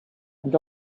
and